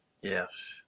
Yes